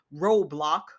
roadblock